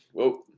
whoa